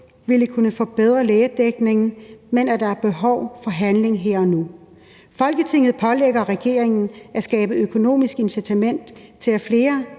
vil kunne forbedre lægedækningen, men at der er behov for handling her og nu. Folketinget pålægger regeringen at skabe økonomisk incitament til, at flere